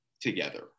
together